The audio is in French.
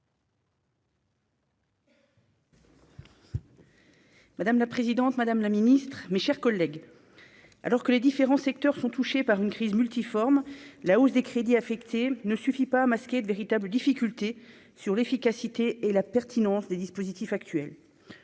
Madame la présidente, Madame la Ministre, mes chers collègues, alors que les différents secteurs sont touchés par une crise multiforme, la hausse des crédits affectés ne suffit pas à masquer de véritables difficultés sur l'efficacité et la pertinence des dispositifs actuels,